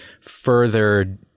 further